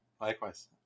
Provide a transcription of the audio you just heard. Likewise